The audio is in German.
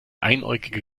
einäugige